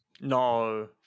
No